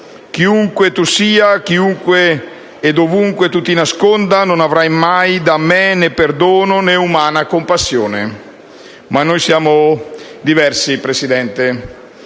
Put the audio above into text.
"Chiunque tu sia, dovunque tu ti nasconda, non avrai mai da me né perdono né umana compassione". Ma noi siamo diversi da questi